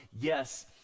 Yes